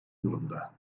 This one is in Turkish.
durumda